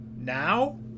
now